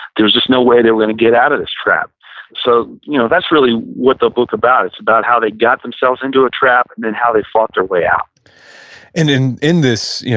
there was just no way they were going to get out of this trap so you know that's really what the book about. it's about how they got themselves into a trap and then how they fought their way out and in in this, yeah